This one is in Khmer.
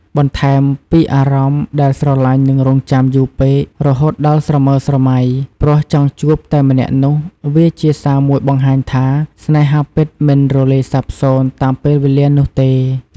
បន្ថែមពី អារម្មណ៍ដែលស្រលាញ់និងរងចាំយូរពេករហូតដល់ស្រមើស្រម៉ៃ ព្រោះចង់ជួបតែម្នាក់នោះ វាជាសារមួយបង្ហាញថា ស្នេហាពិតមិនរលាយសាបសូន្យតាមពេលវេលានោះទេ។។